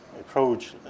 approach